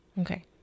Okay